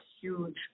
huge –